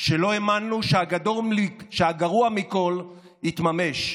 שלא האמנו שהגרוע מכול יתממש,